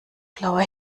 blauer